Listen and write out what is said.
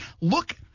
look